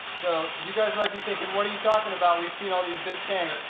so you guys might be thinking what are you talking about? we've see all these big tanks